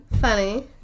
Funny